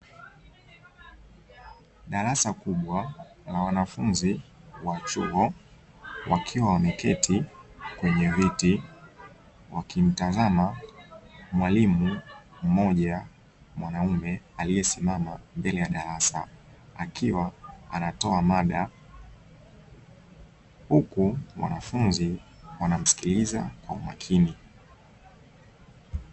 Darasa kubwa la wanafunzi wa chuo wakiwa wameketi kwenye viti wakimtazama mwalimu mmoja mwanaume aliesimama mbele ya darasa akiwa anatoa mada, uku wanafunzi wanamsikiliza kwa umakini.